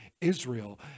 Israel